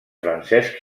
francesc